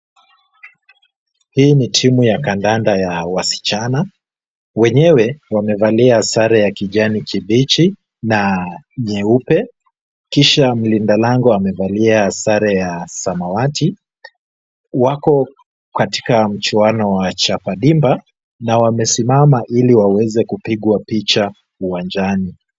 Hii ni timu ya kandanda ya wasichana, wenyewe wamevalia sare ya kijani kibichi na nyeupe kisha mlinda lango amevalia sare ya samawati. Wako katika mchuano wa chapa dimba na wamesimama ili waweze kupigwa picha uwanjani.